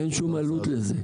אין שום עלות לזה.